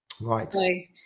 right